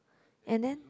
and then